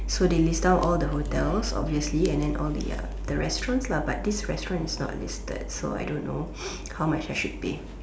so they list down all the hotels obviously and then all the ya the restaurants lah but this restaurant is not listed so I don't know how much I should pay